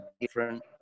different